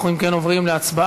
אנחנו, אם כן, עוברים להצבעה